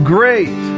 Great